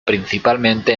principalmente